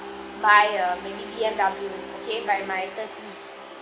buy a maybe B_M_W okay by my thirties